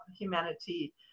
humanity